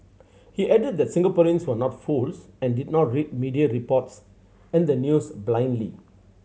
he added that Singaporeans were not fools and did not read media reports and the news blindly